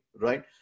Right